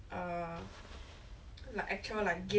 monday to friday in school studying